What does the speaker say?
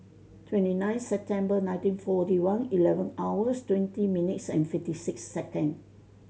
twenty nine September nineteen forty one eleven hours twenty minutes and fifty six second